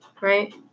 Right